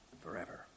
forever